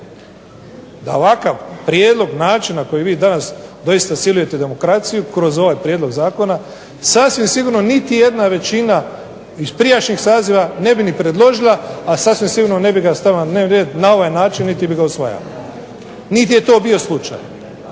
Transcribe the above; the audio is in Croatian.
Da ovakav prijedlog, način na koji vi danas doista silujete demokraciju kroz ovaj prijedlog zakona sasvim sigurno niti jedna većina iz prijašnjeg saziva ne bi ni predložila, a sasvim sigurno ne bi ga stavila na dnevni red na ovaj način niti bi ga usvajala niti je to bio slučaj.